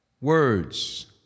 words